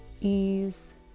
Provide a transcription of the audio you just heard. ease